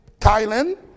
Thailand